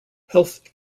health